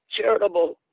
charitable